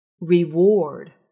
reward